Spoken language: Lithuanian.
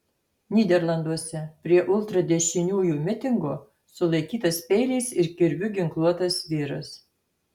nyderlanduose prie ultradešiniųjų mitingo sulaikytas peiliais ir kirviu ginkluotas vyras